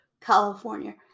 California